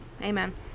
Amen